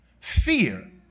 fear